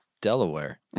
Delaware